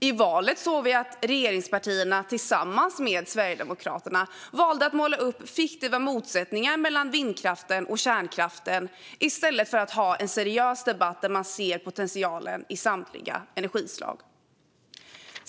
I valet såg vi att regeringspartierna tillsammans med Sverigedemokraterna valde att måla upp fiktiva motsättningar mellan vindkraften och kärnkraften i stället för att ha en seriös debatt där man ser potentialen i samtliga energislag.